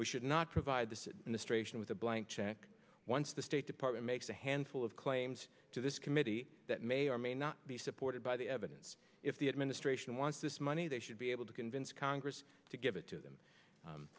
we should not provide this in the straight in with a blank check once the state department makes a handful of claims to this committee that may or may not be supported by the evidence if the administration wants this money they should be able to convince congress to give it to them